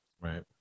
Right